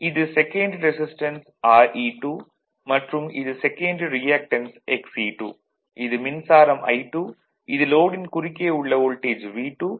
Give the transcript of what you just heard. இது secondary resistance Re2 மற்றும் இது செகன்டரி ரியாக்டன்ஸ் Xe2 இது மின்சாரம் I2 இது லோடின் குறுக்கே உள்ள வோல்டேஜ் V2